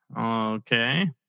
Okay